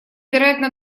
вероятно